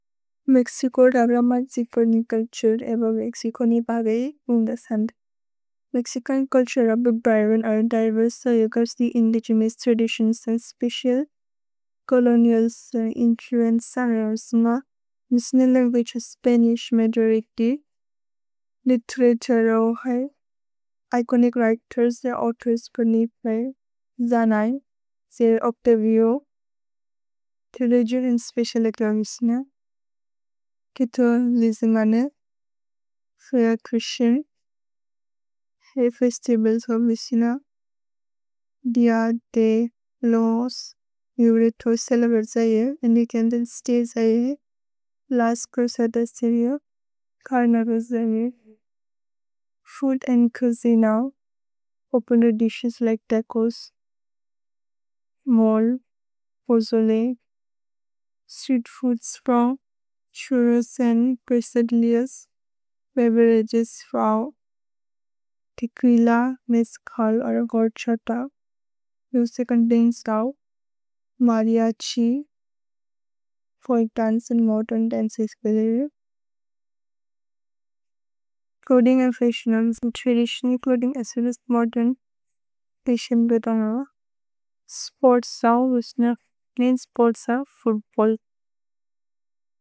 Mexico द ब्र मर्क्सिकोनिन् कल्तुर् एबो मेक्सिकोनिन् बगे उन् दसन्द्। मेक्सिकन् कल्तुर् अबे ब्रवेन् अए दिवेर्स् अयोगर्स् दि इन्दिगेमिस् त्रदिस्योन् स स्पेचिअल्। कोलोनिअलिस् स इन्त्रुएन्स् स रर्स्न, मिस्ने लन्ग्विछ् स्पनिश् मे दिरेक्तिव्, लितेरतुरो है, इकोनिक् रेक्तोर्स् स औतोर्स् बोनिफए। जनय्न् स ओच्तविओ, त्रदिज्योन् एन् स्पेचिअल् एक्र मिस्ने, कितो लिजिमने, फए छ्ह्रिस्तिअन्, है फेस्तिवल्स् हो मिस्ने, दिअ, दय्, लोस्, युरे तोय्सेल वेर्ज ये, इन्दिगेन्देन् स्तय्स् अए। लस् च्रुजदस् त ये, चर्नदोस् ज ये, food and cuisine, opener dishes like tacos, mole, pozole, street foods from churros and quesadillas. भेवेरगेस् from tequila, mezcal, or a horchata, music contains of mariachi, foreign dance and modern dances, clothing and fashion, traditional clothing as well as modern, fashion, and sports as well, main sports are football.